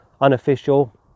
unofficial